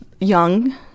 young